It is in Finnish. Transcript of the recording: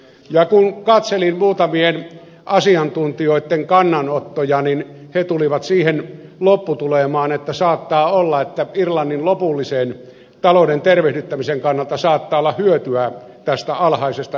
ja kun katselin muutamien asiantuntijoitten kannanottoja niin he tulivat siihen lopputulemaan että saattaa olla että irlannin lopullisen talouden tervehdyttämisen kannalta saattaa olla hyötyä tästä alhaisesta yritysverokannasta